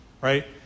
right